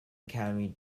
academy